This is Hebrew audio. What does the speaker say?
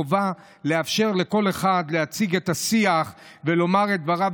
חובה לאפשר לכל אחד להציג את השיח ולומר את דבריו,